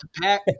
pack